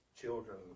children